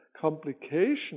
complication